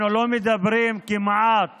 אנחנו לא מדברים כמעט